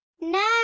no